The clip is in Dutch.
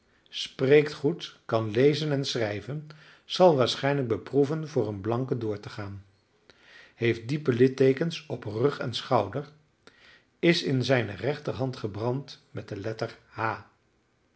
spreekt goed kan lezen en schrijven zal waarschijnlijk beproeven voor een blanke door te gaan heeft diepe litteekens op rug en schouder is in zijne rechterhand gebrand met de letter h